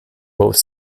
both